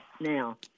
now